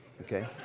Okay